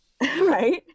Right